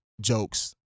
jokes